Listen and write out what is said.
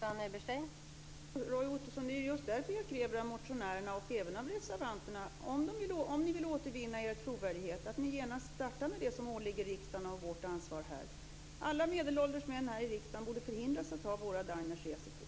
Fru talman! Roy Ottosson, det är ju just därför jag kräver av motionärerna och även av reservanterna att om de vill återvinna sin trovärdighet skall de genast starta med det som åligger riksdagen - det som är vårt ansvar här. Alla medelålders män här i riksdagen borde förhindras att ha våra Diners resekort.